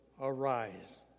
arise